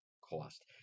cost